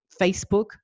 Facebook